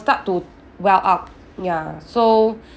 start to well up ya so